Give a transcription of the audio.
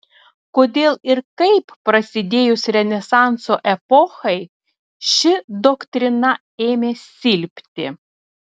kodėl ir kaip prasidėjus renesanso epochai ši doktrina ėmė silpti